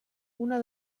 una